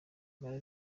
impala